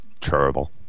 Terrible